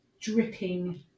dripping